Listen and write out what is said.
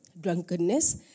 drunkenness